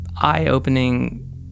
eye-opening